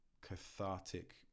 cathartic